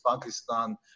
Pakistan